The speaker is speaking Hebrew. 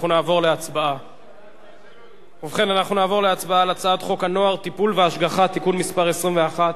נעבור להצבעה על הצעת חוק הנוער (טיפול והשגחה) (תיקון מס' 21),